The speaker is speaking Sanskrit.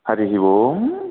हरिः ओम्